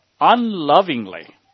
unlovingly